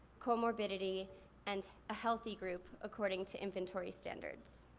co-morbidity and a healthy group according to inventory standards.